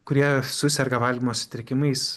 kurie suserga valgymo sutrikimais